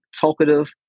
talkative